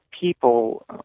people